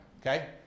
Okay